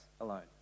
alone